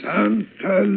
Santa